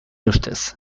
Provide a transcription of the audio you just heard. ustez